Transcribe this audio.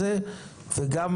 הבוקר,